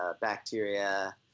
bacteria